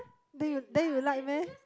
then you then you like meh